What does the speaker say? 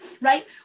right